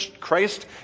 Christ